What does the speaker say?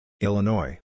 Illinois